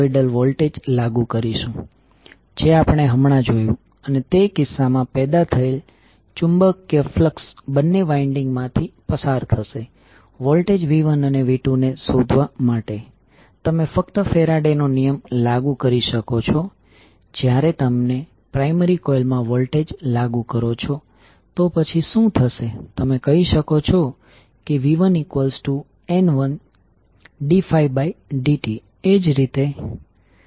તેવી જ રીતે i2 ના કિસ્સામાં જ્યારે i2 ડોટ થી બહાર નીકળી રહ્યું છે પરંતુ બીજા પર વોલ્ટેજ પોલેરિટી એ ડોટેડ ટર્મિનલ પર માયનસ થશે તે કિસ્સામાં તમારું ઉત્પન્ન થતો મ્યુચ્યુઅલ વોલ્ટેજ Mdi2dt હશે